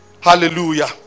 Hallelujah